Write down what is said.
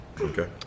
Okay